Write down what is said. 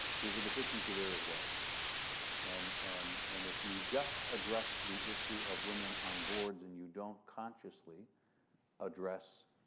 there's a deficiency there, as well and and and if you just address the issue of women on boards and you don't consciously address